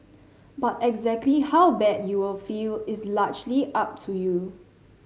but exactly how bad you will feel is largely up to you